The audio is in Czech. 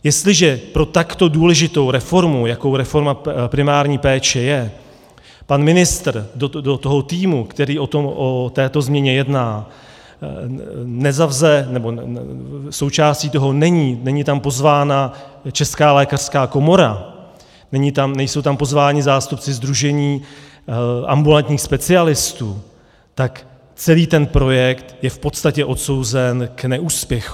Jestliže pro takto důležitou reformu, jakou reforma primární péče je, pan ministr do toho týmu, který o této změně jedná, součástí toho není, není tam pozvána Česká lékařská komora, nejsou tam pozváni zástupci sdružení ambulantních specialistů, tak celý ten projekt je v podstatě odsouzen k neúspěchu.